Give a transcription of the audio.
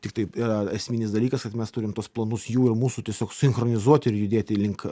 tiktai yra esminis dalykas kad mes turim tuos planus jų ir mūsų tiesiog sinchronizuoti ir judėti link